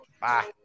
Bye